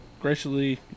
graciously